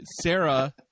Sarah